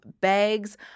bags